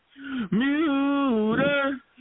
Muter